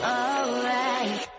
alright